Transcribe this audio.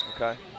okay